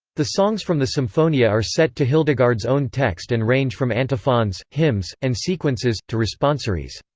the songs from the symphonia are set to hildegard's own text and range from antiphons, hymns, and sequences, to responsories.